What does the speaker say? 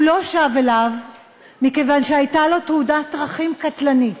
הוא לא שב אליו מכיוון שהייתה תאונת דרכים קטלנית.